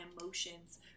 emotions